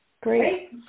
Great